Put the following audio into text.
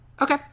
okay